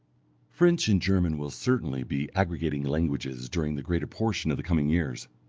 french and german will certainly be aggregating languages during the greater portion of the coming years.